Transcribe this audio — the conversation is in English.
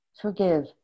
forgive